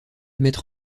mettre